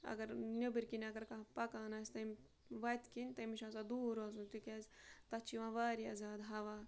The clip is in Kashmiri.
اگر نیٚبٔرۍ کِنۍ اگر کانٛہہ پَکان آسہِ تمہِ وَتہِ کِنۍ تٔمِس چھُ آسان دوٗر روزُن تِکیٛازِ تَتھ چھُ یِوان واریاہ زیادٕ ہوا